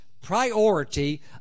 priority